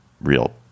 real